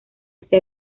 este